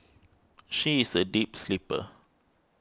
she is a deep sleeper